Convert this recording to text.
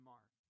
Mark